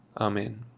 Amen